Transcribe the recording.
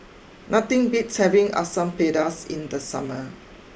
nothing beats having Asam Pedas in the summer